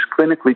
clinically